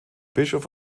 bischof